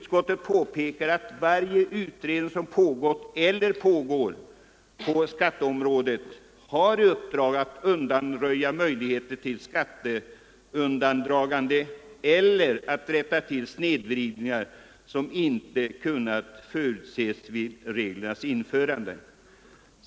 Utskottet påpekar att varje utredning som pågått eller pågår på skatteområdet har i uppdrag att undanröja möjligheter till skatteundandragande eller att rätta till snedvridningar som inte kunnat förutses vid reglernas införande.